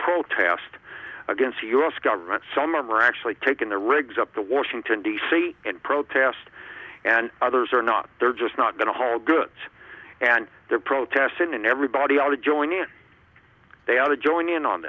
protest against the u s government some are actually taking the rigs up to washington d c and protest and others are not they're just not going to haul goods and they're protesting and everybody ought to join in they ought to join in on